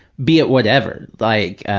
be it whatever. like,